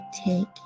take